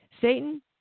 Satan